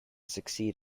succeed